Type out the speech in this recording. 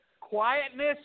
quietness